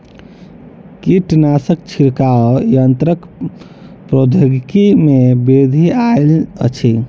कीटनाशक छिड़काव यन्त्रक प्रौद्योगिकी में वृद्धि आयल अछि